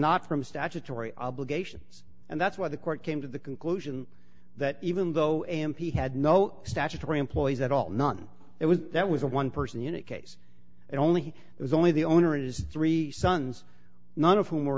not from statutory obligations and that's why the court came to the conclusion that even though m p had no statutory employees at all none it was that was a one person unit case and only it was only the owner it is three sons none of whom